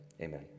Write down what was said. amen